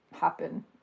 happen